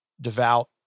devout